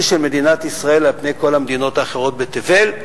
של מדינת ישראל על פני כל המדינות האחרות בתבל,